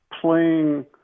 playing